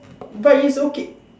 but it's okay